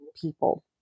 people